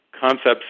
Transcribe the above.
concepts